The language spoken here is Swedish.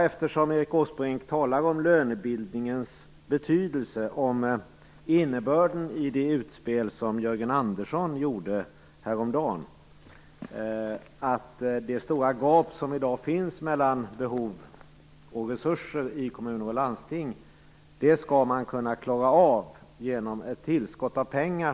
Eftersom Erik Åsbrink talade om lönebildningens betydelse skulle jag skulle vilja fråga om innebörden i det utspel som Jörgen Andersson gjorde häromdagen. Det stora gap som i dag finns mellan behov och resurser i kommuner och landsting skall man kunna klara av genom ett tillskott av pengar.